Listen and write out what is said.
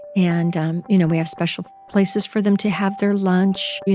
and um you know, we have special places for them to have their lunch. you